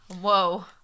Whoa